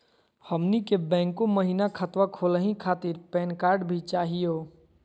हमनी के बैंको महिना खतवा खोलही खातीर पैन कार्ड भी चाहियो?